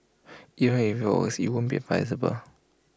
even if IT works IT won't be advisable